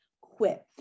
quit